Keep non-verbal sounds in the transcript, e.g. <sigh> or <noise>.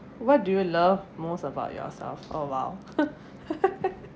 what do you love most about yourself oh !wow! <laughs>